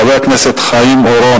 חבר הכנסת חיים אורון,